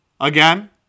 Again